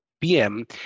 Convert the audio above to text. PM